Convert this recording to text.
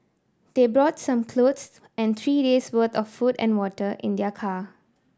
they brought some clothes and three days' worth of food and water in their car